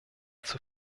zur